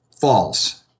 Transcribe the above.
false